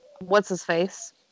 what's-his-face